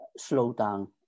slowdown